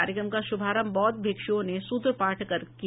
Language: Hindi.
कार्यक्रम का शुभारंभ बौद्ध भिक्षुओं ने सूत्र पाठ कर किया